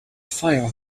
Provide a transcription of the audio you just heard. fire